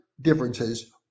differences